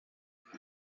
com